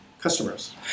customers